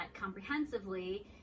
comprehensively